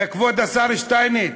כבוד השר שטייניץ,